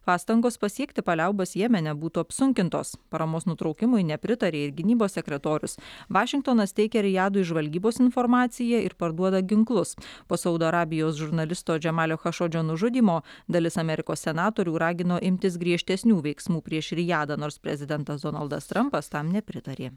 pastangos pasiekti paliaubas jemene būtų apsunkintos paramos nutraukimui nepritarė ir gynybos sekretorius vašingtonas teikia rijadui žvalgybos informaciją ir parduoda ginklus po saudo arabijos žurnalisto džemalio chašodžio nužudymo dalis amerikos senatorių ragino imtis griežtesnių veiksmų prieš rijadą nors prezidentas donaldas trampas tam nepritarė